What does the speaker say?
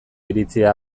iritzia